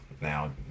now